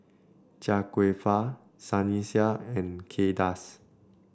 Chia Kwek Fah Sunny Sia and Kay Das